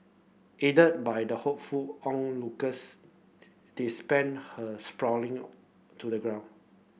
aided by the helpful onlookers they spend her sprawling to the ground